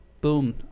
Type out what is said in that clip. boom